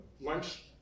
Lunch